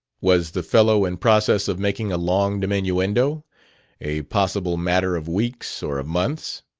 was the fellow in process of making a long diminuendo a possible matter of weeks or of months?